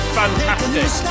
fantastic